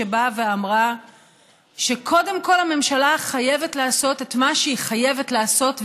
שבאה ואמרה שקודם כול הממשלה חייבת לעשות את מה שהיא חייבת לעשות,